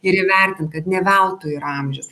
ir įvertint kad ne veltui yra amžius